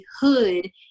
hood